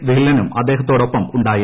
ധില്ലനും അദ്ദേഹത്തോടൊപ്പമുണ്ടായിരുന്നു